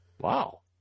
Wow